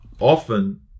Often